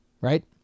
right